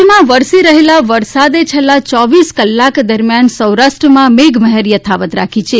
રાજ્યમાં વરસી રહેલા વરસાદે છેલ્લા ચોવીસ કલાક દરમિયાન સૌરાષ્ટ્રમાં મેઘ મહેર યથાવત રાખી છે